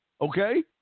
okay